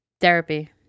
Therapy